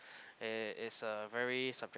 it's is a very subjective